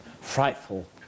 Frightful